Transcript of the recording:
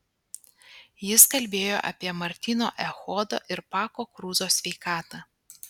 jis kalbėjo apie martyno echodo ir pako kruzo sveikatą